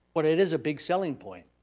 but it is a big selling point.